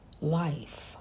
life